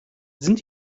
sind